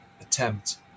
attempt